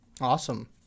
Awesome